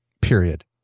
period